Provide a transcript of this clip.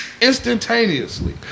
Instantaneously